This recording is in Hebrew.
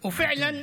מה קרה?